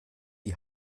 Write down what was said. die